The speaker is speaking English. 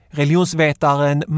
Religionsvetaren